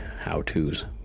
how-tos